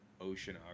oceanography